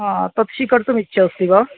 तत् स्वीकर्तुम् इच्छा अस्ति वा